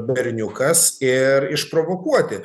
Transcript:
berniukas ir išprovokuoti